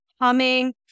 humming